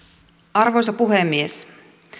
arvoisa puhemies